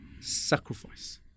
sacrifice